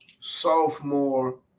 sophomore